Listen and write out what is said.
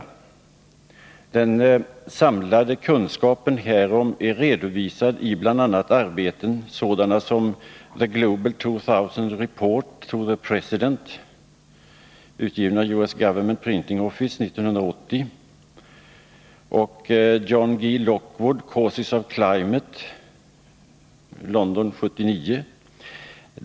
Den samlade kunskapen härom är redovisad i bl.a. arbeten sådana som The Global 2000 Report to the President utgiven av US Government Printing Office 1980 och John G. Loockwood: Causes of Climate, London 1979.